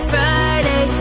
Friday